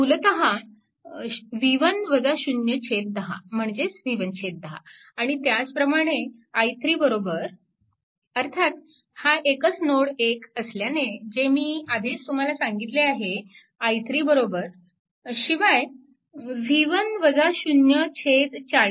मूलतः 10 म्हणजेच v1 10 आणि त्याचप्रमाणे i3 अर्थात हा एकच नोड 1 असल्याने जे मी आधीच तुम्हाला सांगितले आहे i3 शिवाय 40 म्हणजेच v1 40